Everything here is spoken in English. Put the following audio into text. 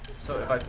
so if